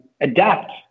adapt